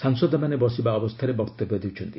ସାଂସଦମାନେ ବସିବା ଅବସ୍ଥାରେ ବକ୍ତବ୍ୟ ଦେଉଛନ୍ତି